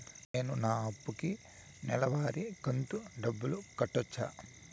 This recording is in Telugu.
నేను నా అప్పుకి నెలవారి కంతు డబ్బులు కట్టొచ్చా?